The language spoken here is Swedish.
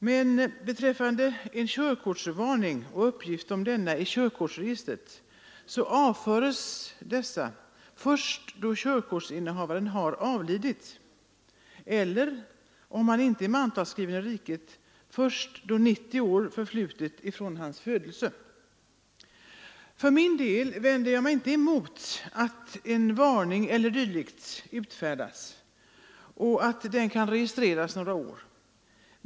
Men en körkortsvarning och uppgift om denna i körkortsregistret avföres först då körkortsinnehavaren har avlidit eller, om han inte är mantalsskriven i riket, först då 90 år förflutit från hans födelse. För min del vänder jag mig inte emot att en varning e. d. utfärdas och kan registreras några år.